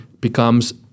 becomes